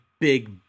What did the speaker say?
big